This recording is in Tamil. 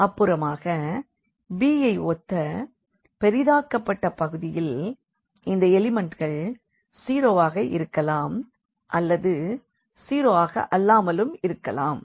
அப்புறமாக b ஐ ஒத்த பெரிதாக்கபட்ட பகுதியில் இந்த எலிமண்ட்டுகள் 0 ஆக இருக்கலாம் அல்லது 0 ஆக அல்லாமலும் இருக்கலாம்